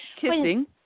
Kissing